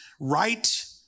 right